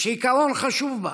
יש עיקרון חשוב בה.